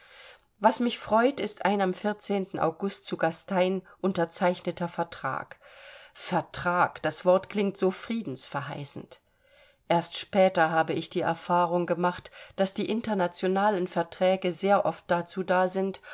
was mich freut ist ein am august zu gastein unterzeichneter vertrag vertrag das wort klingt so friedensverheißend erst später habe ich die erfahrung gemacht daß die internationalen verträge sehr oft dazu da sind